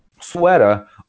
sweater